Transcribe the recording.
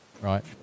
right